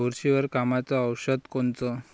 बुरशीवर कामाचं औषध कोनचं?